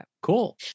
cool